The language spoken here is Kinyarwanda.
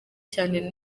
cyane